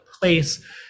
place